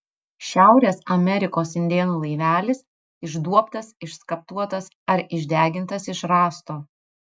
šiaurės amerikos indėnų laivelis išduobtas išskaptuotas ar išdegintas iš rąsto